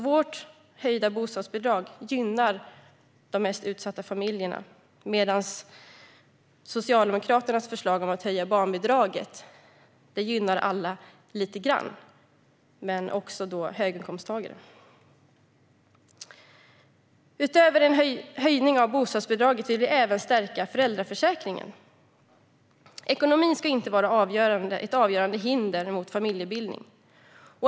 Vårt höjda bostadsbidrag gynnar alltså de mest utsatta familjerna medan Socialdemokraternas förslag om att höja barnbidraget gynnar alla lite grann, även höginkomsttagare. Utöver en höjning av bostadsbidraget vill vi även stärka föräldraförsäkringen. Ekonomin ska inte vara ett avgörande hinder mot familjebildning.